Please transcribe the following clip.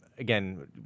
Again